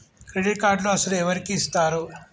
Credit కార్డులు అసలు ఎవరికి ఇస్తారు?